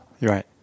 Right